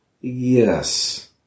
Yes